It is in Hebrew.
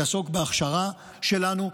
יעסוק בהכשרה שלנו.